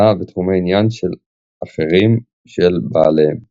מדע ותחומי עניין אחרים של בעליהם.